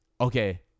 Okay